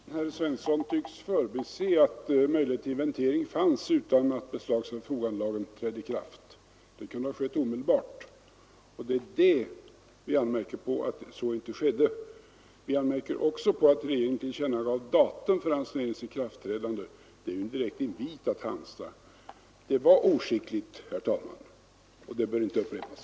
Herr talman! Herr Svensson i Eskilstuna tycks förbise att möjlighet till inventering fanns utan att allmänna förfogandelagen trädde i kraft. Det kunde ha ägt rum omedelbart, och vad vi anmärker på är att så inte skedde. Vi anmärker också på att regeringen tillkännagav datum för ransoneringens ikraftträdande. Det är ju en direkt invit att hamstra. Det var oskickligt, herr talman, och det bör inte upprepas.